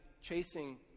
chasing